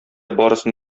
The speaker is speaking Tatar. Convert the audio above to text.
барысын